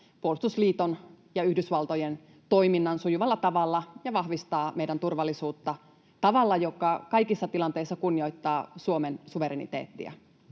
puolustusliiton ja Yhdysvaltojen toiminnan sujuvalla tavalla ja vahvistaa meidän turvallisuutta tavalla, joka kaikissa tilanteissa kunnioittaa Suomen suvereniteettia.